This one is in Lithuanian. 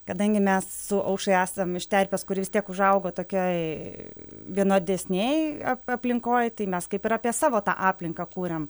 kadangi mes su aušra esam iš terpės kuri vis tiek užaugo tokioj vienodesnėj ap aplinkoj tai mes kaip ir apie savo tą aplinką kūrėm